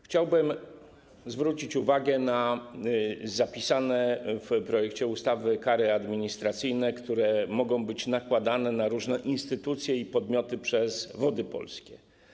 Chciałbym zwrócić uwagę na zapisane w projekcie ustawy kary administracyjne, które mogą być nakładane na różne instytucje i podmioty przez Wody Polskie.